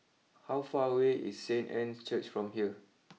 how far away is Saint Anne's Church from here